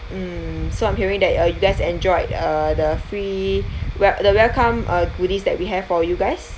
mm so I'm hearing that uh you guys enjoyed uh the free wel~ the welcome uh goodies that we have for you guys